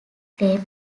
claimed